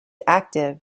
active